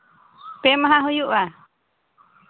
ᱯᱮ ᱢᱟᱦᱟ ᱦᱩᱭᱩᱜᱼᱟ